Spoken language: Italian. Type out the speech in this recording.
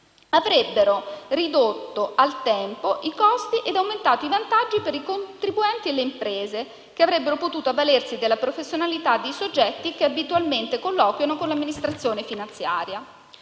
avrebbero ridotto al contempo i costi e aumentato i vantaggi per i contribuenti e per le imprese, che avrebbero potuto avvalersi della professionalità di soggetti che abitualmente colloquiano con l'amministrazione finanziaria.